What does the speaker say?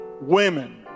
women